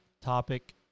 topic